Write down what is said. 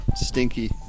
Stinky